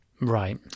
Right